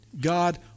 God